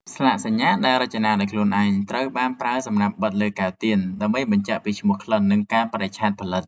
ស្លាកសញ្ញា ដែលរចនាដោយខ្លួនឯង ត្រូវបានប្រើសម្រាប់បិទលើកែវទៀនដើម្បីបញ្ជាក់ពីឈ្មោះក្លិន និងកាលបរិច្ឆេទផលិត។